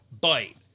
bite